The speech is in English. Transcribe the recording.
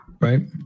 Right